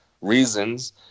reasons